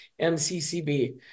MCCB